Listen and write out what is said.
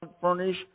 furnish